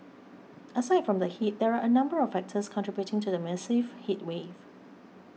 aside from the heat there are a number of factors contributing to the massive heatwave